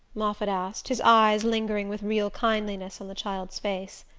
moffatt asked, his eyes lingering with real kindliness on the child's face.